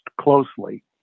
closely